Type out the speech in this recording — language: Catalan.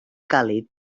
càlid